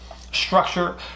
structure